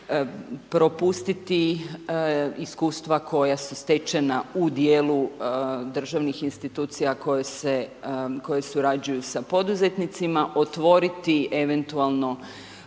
propustiti iskustva koja su stečena u dijelu državnih institucija koje surađuju sa poduzetnicima, otvoriti eventualno